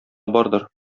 бардыр